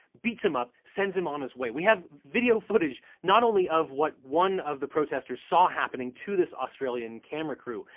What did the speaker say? beats him up, sends him on his way. we have video footage not only of what one of the protesters saw happening to this australian camera crew,